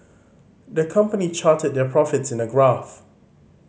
the company charted their profits in a graph